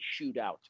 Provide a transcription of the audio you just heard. shootout